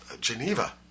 Geneva